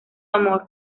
amor